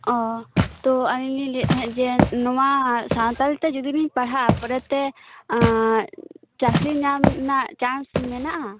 ᱚ ᱛᱚ ᱟᱹᱞᱤᱧ ᱞᱤᱧ ᱞᱟᱹᱭᱮᱫ ᱛᱟᱦᱮᱫ ᱡᱮ ᱱᱚᱶᱟ ᱥᱟᱶᱛᱟᱞ ᱛᱮ ᱡᱩᱫᱤ ᱞᱤᱧ ᱯᱟᱲᱦᱟᱜ ᱟ ᱯᱚᱨᱮᱛᱮ ᱟᱸᱻ ᱪᱟᱹᱠᱨᱤ ᱧᱟᱢ ᱨᱮᱱᱟᱜ ᱪᱟᱱᱥ ᱢᱮᱱᱟᱜ ᱟ